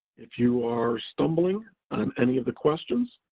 if you are stumbling on any of the questions,